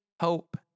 hope